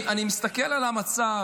אני מסתכל על המצב